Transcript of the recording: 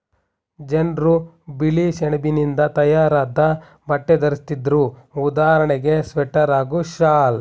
ಜನ್ರು ಬಿಳಿಸೆಣಬಿನಿಂದ ತಯಾರಾದ್ ಬಟ್ಟೆ ಧರಿಸ್ತಿದ್ರು ಉದಾಹರಣೆಗೆ ಸ್ವೆಟರ್ ಹಾಗೂ ಶಾಲ್